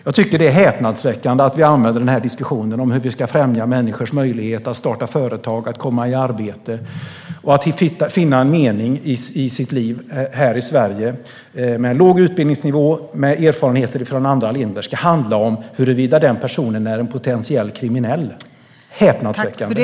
Jag tycker att det är häpnadsväckande att den här diskussionen om hur vi ska främja människors möjlighet att starta företag, att komma i arbete och att finna en mening i sitt liv här i Sverige med låg utbildningsnivå och erfarenheter från andra länder ska handla om huruvida den personen är potentiellt kriminell. Häpnadsväckande!